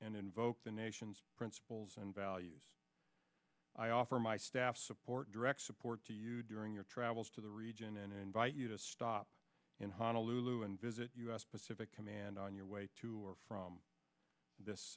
and invoke the nation's principles and values i offer my staff support direct support to you during your travels to the region and invite you to stop in honolulu and visit us pacific command on your way to or from this